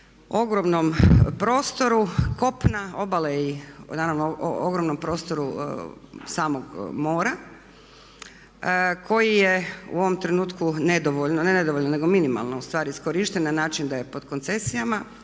ogromnom prostoru kopna, obale i naravno ogromnom prostoru samog mora koji je u ovom trenutku nedovoljno, ne nedovoljno nego minimalno ustvari iskorišten na način da je pod koncesijama,